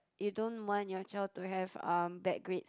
you don't want your child to have um bad grades